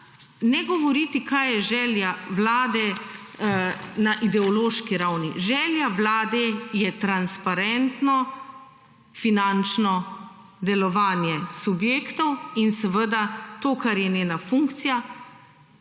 ne govoriti, kaj je želja vlade, na ideološki ravni. Želja vlade je transparentno finančno delovanje subjektov in seveda to, kar je njena funkcija